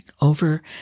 over